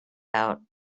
out